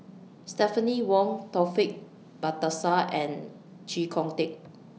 Stephanie Wong Taufik Batisah and Chee Kong Tet